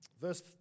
Verse